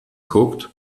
guckt